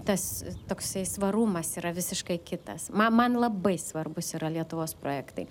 tas toksai svarumas yra visiškai kitas man man labai svarbūs yra lietuvos projektai